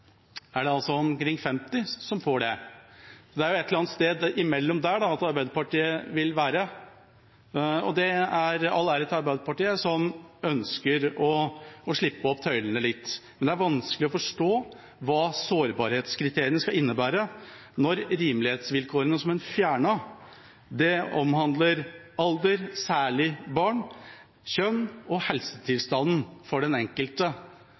er et eller annet sted imellom Arbeiderpartiet vil være. All ære til Arbeiderpartiet, som ønsker å slippe tøylene litt, men det er vanskelig å forstå hva sårbarhetskriteriene skal innebære, når rimelighetsvilkårene en fjernet, omhandler alder, særlig barn, kjønn, helsetilstanden til den enkelte